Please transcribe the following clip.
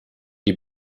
die